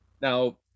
now